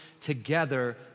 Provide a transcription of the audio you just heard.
together